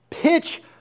Pitch